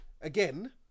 again